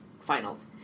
finals